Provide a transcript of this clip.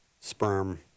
sperm